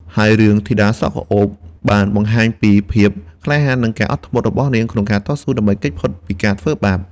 ហើយរឿង ធីតាសក់ក្រអូប បានបង្ហាញពីភាពក្លាហាន និងការអត់ធ្មត់របស់នាងក្នុងការតស៊ូដើម្បីគេចផុតពីការធ្វើបាប។